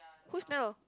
whose Neil